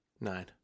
nine